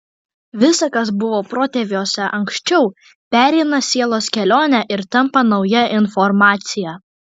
visa kas buvo protėviuose anksčiau pereina sielos kelionę ir tampa nauja informacija